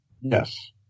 Yes